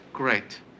Great